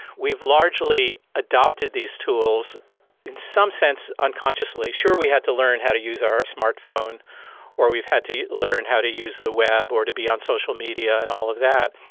we've largely adopted these tools in some sense unconsciously. sure, we had to learn how to use our smart phone or we've had to learn how to use the web or to be on social media and all of that.